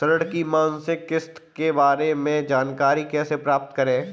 ऋण की मासिक किस्त के बारे में जानकारी कैसे प्राप्त करें?